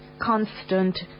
constant